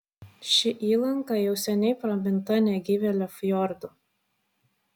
ši įlanka jau seniai praminta negyvėlio fjordu